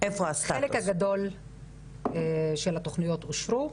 החלק הגדול של התוכניות אושרו.